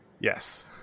Yes